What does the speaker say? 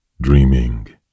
dreaming